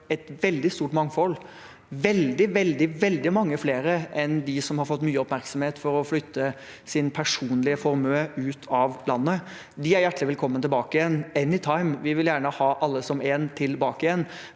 et veldig stort mangfold. De er veldig, veldig mange flere enn dem som har fått mye oppmerksomhet for å flytte sin personlige formue ut av landet. De er hjertelig velkommen tilbake igjen «anytime» – vi vil gjerne ha alle som en tilbake igjen.